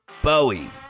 Bowie